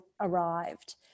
arrived